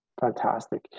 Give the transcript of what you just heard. Fantastic